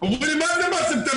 אומרים לי 'מה זה רק ספטמבר,